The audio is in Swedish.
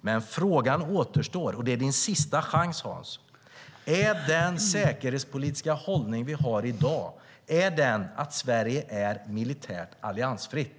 Men frågan återstår, och detta är din sista chans, Hans: Är den säkerhetspolitiska hållning vi har i dag att Sverige är militärt alliansfritt?